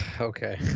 Okay